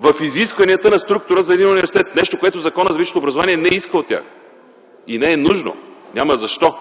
в изискванията на структура за един университет – нещо, което Законът за висшето образование не иска от тях. И не е нужно. Няма защо.